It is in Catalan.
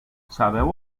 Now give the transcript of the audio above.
sabeu